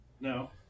No